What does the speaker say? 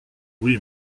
oui